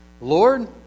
Lord